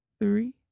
three